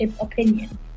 opinion